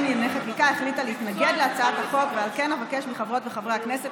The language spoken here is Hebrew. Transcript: אפשר להבין שמבחינתך להיות מחבל זה דבר נכון.